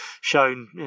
shown